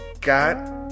got